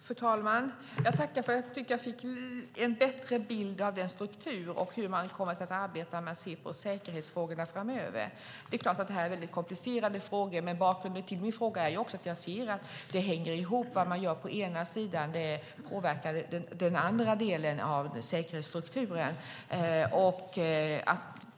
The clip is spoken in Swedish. Fru talman! Jag tackar, för jag tycker att jag fick en bättre bild av strukturen och hur man kommer att arbeta med och se på säkerhetsfrågorna framöver. Det är klart att detta är väldigt komplicerade frågor, men bakgrunden till min fråga är att jag ser att det hänger ihop - vad man gör på ena sidan påverkar den andra delen av säkerhetsstrukturen.